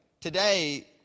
today